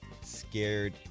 scared